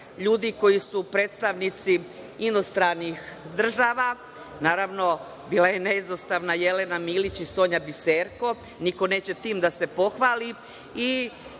ljudi koji su predstavnici inostranih država, naravno, bila je neizostavna Jelena Milić i Sonja Biserko. Niko neće tim da se pohvali